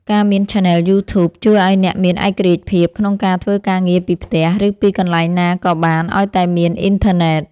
ការមានឆានែលយូធូប ជួយឱ្យអ្នកមានឯករាជ្យភាពក្នុងការធ្វើការងារពីផ្ទះ ឬពីកន្លែងណាក៏បានឱ្យតែមានអ៊ីនធឺណិត។